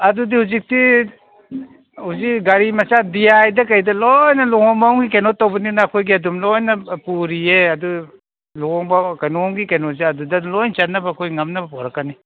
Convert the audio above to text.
ꯑꯗꯨꯗꯤ ꯍꯧꯖꯤꯛꯇꯤ ꯍꯧꯖꯤꯛ ꯒꯥꯔꯤ ꯃꯆꯥ ꯗꯤ ꯑꯥꯏꯗ ꯀꯩꯗ ꯂꯣꯏꯅ ꯂꯨꯍꯣꯡꯕ ꯑꯃꯒꯤ ꯀꯩꯅꯣ ꯇꯧꯕꯅꯤꯅ ꯑꯩꯈꯣꯏꯒꯤ ꯑꯗꯨꯝ ꯂꯣꯏꯅ ꯄꯨꯔꯤꯌꯦ ꯑꯗꯨ ꯂꯨꯍꯣꯡꯕ ꯀꯩꯅꯣꯝꯒꯤ ꯀꯩꯅꯣꯁꯦ ꯑꯗꯨꯗ ꯂꯣꯏ ꯆꯟꯅꯕ ꯑꯩꯈꯣꯏ ꯉꯝꯅꯕ ꯄꯣꯔꯛꯀꯅꯤ